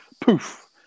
Poof